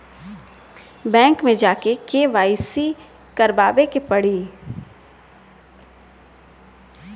Bank मे जा के के.वाइ.सी करबाबे के पड़ी?